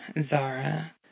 Zara